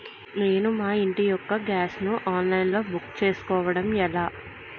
నేను మా ఇంటి యెక్క గ్యాస్ ను ఆన్లైన్ లో బుక్ చేసుకోవడం ఎలా?